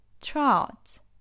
Trout